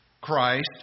Christ